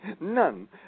none